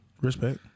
Respect